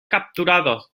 capturados